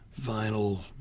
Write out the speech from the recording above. vinyl